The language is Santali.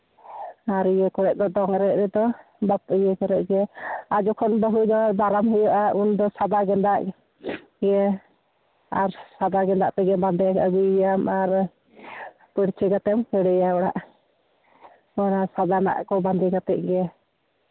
ᱟᱨ ᱤᱭᱟᱹ ᱠᱚᱨᱮᱫ ᱫᱚ ᱫᱚᱝ ᱮᱱᱮᱡ ᱨᱮᱫᱚ ᱵᱟᱯ ᱤᱭᱟᱹ ᱠᱚᱨᱮᱫ ᱜᱮ ᱟᱨ ᱡᱚᱠᱷᱚᱱ ᱵᱟᱹᱦᱩ ᱡᱟᱶᱟᱭ ᱫᱟᱨᱟᱢ ᱦᱩᱭᱩᱜᱼᱟ ᱩᱱ ᱫᱚ ᱥᱟᱫᱟ ᱜᱮᱸᱫᱟᱜ ᱤᱭᱟᱹ ᱟᱨ ᱥᱟᱫᱟ ᱜᱮᱸᱫᱟᱜ ᱛᱮᱜᱮ ᱵᱟᱸᱫᱮ ᱟᱹᱜᱩᱭᱮᱭᱟᱢ ᱟᱨ ᱤᱭᱟᱹ ᱯᱟᱹᱲᱪᱷᱟᱹ ᱠᱟᱛᱮᱢ ᱠᱷᱟᱹᱲᱮᱭᱟ ᱚᱱᱟ ᱥᱟᱫᱟᱱᱟᱜ ᱠᱚ ᱵᱟᱸᱫᱮ ᱠᱟᱛᱮ